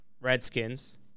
Redskins